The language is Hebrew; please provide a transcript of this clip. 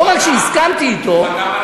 לא רק שהסכמתי אתו, חתם?